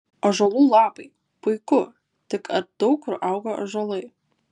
ąžuolų lapai puiku tik ar daug kur auga ąžuolai